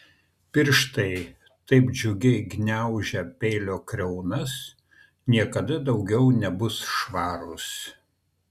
pirštai taip džiugiai gniaužę peilio kriaunas niekada daugiau nebus švarūs